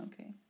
Okay